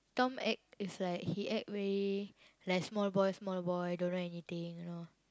Tom act is like he act very like small boy small boy don't know anything you know